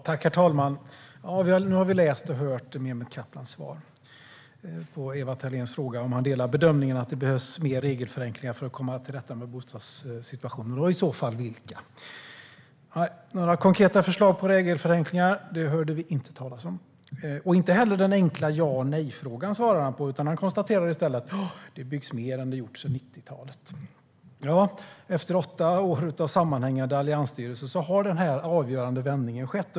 Herr talman! Nu har vi läst och hört Mehmet Kaplans svar på Ewa Thalén Finnés fråga om han delar bedömningen att det behövs mer regelförenklingar för att komma till rätta med bostadssituationen och i så fall vilka. Några konkreta förslag på regelförenklingar hörde vi inte talas om. Han svarade inte heller på den enkla ja eller nejfrågan. Han konstaterade i stället att det byggs mer än det byggts sedan 1990-talet. Efter åtta år av sammanhängande alliansstyre har denna avgörande vändning skett.